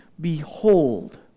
behold